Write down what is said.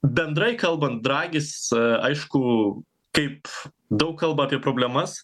bendrai kalbant dragis aišku kaip daug kalba apie problemas